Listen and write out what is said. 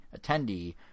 attendee